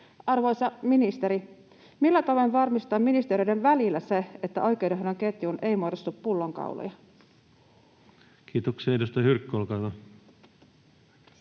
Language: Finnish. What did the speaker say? Arvoisa ministeri, millä tavoin varmistetaan ministeriöiden välillä se, että oikeudenhoidon ketjuun ei muodostu pullonkauloja? [Speech 139] Speaker: Ensimmäinen